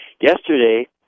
Yesterday